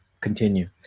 Continue